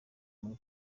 muri